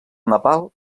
nepal